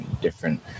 different